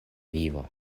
vivo